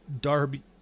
Darby